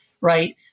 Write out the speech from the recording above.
right